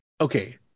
okay